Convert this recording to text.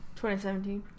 2017